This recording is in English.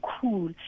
cool